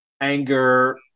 anger